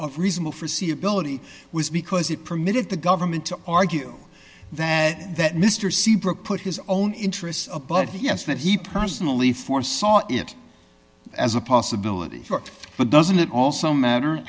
of reasonable for c ability was because it permitted the government to argue that that mr seabrook put his own interests above yes that he personally for saw it as a possibility but doesn't it also matter